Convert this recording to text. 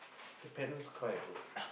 the parents cry bro